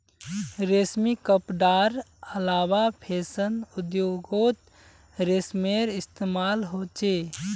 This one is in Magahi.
रेशमी कपडार अलावा फैशन उद्द्योगोत रेशमेर इस्तेमाल होचे